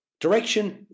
Direction